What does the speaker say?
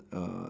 uh